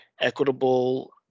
equitable